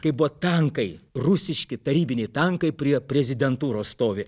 kai buvo tankai rusiški tarybiniai tankai prie prezidentūros stovi